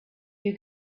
you